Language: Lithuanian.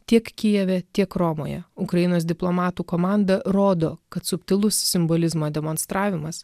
tiek kijeve tiek romoje ukrainos diplomatų komanda rodo kad subtilūs simbolizmo demonstravimas